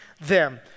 them